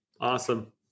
Awesome